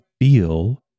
feel